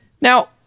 Now